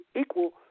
equal